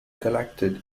collected